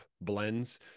blends